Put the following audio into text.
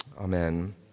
Amen